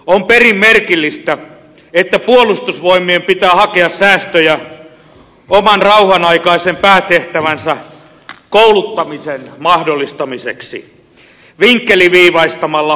on perin merkillistä että puolustusvoimien pitää hakea säästöjä oman rauhanaikaisen päätehtävänsä kouluttamisen mahdollistamiseksi vinkkeliviivaistamalla huollon rakenteita